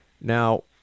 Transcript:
Now